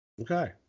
Okay